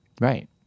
Right